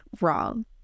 wrong